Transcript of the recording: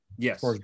Yes